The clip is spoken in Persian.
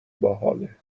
باحاله